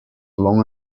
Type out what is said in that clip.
long